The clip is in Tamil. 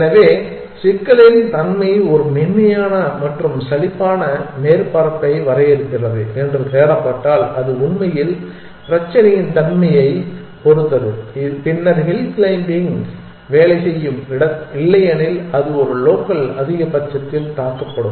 எனவே சிக்கலின் தன்மை ஒரு மென்மையான மற்றும் சலிப்பான மேற்பரப்பை வரையறுக்கிறது என்று தேடப்பட்டால் அது உண்மையில் பிரச்சினையின் தன்மையைப் பொறுத்தது பின்னர் ஹில் க்ளைம்பிங் வேலை செய்யும் இல்லையெனில் அது ஒரு லோக்கல் அதிகபட்சத்தில் தாக்கப்படும்